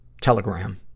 Telegram